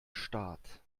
staat